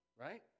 right